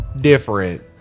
different